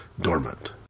dormant